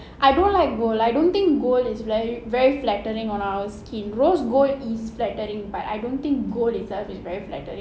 I don't like gold I don't think gold is very very flattering on our skin rose gold is flattering but I don't think gold itself is very flattering